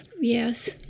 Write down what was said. yes